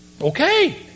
okay